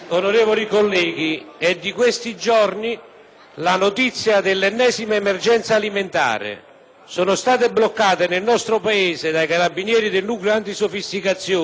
Sono state bloccate nel nostro Paese dai Carabinieri del nucleo antisofisticazione oltre 40 lotti di carni suine provenienti dall'Irlanda, contaminate da diossina